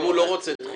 אם הוא לא רוצה דחייה.